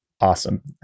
awesome